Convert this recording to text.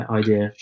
idea